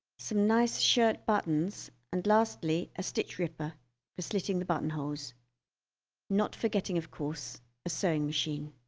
some nice shirt buttons and lastly a stitch ripper for slitting the button holes not forgetting of course a sewing machine